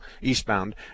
eastbound